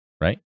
right